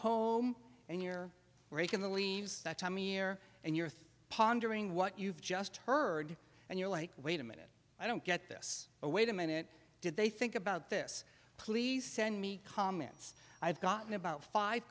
home and you're breaking the leaves that time year and year three pondering what you've just heard and you're like wait a minute i don't get this oh wait a minute did they think about this please send me comments i've gotten about five